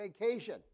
vacation